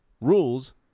Rules